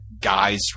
guys